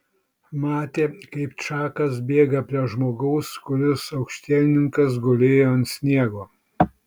matė kaip čakas bėga prie žmogaus kuris aukštielninkas gulėjo ant sniego